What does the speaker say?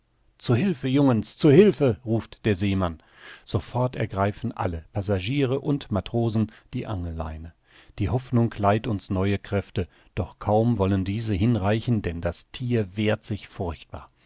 zu hilfe jungens zu hilfe ruft der seemann sofort ergreifen alle passagiere und matrosen die angelleine die hoffnung leiht uns neue kräfte doch kaum wollen diese hinreichen denn das thier wehrt sich furchtbar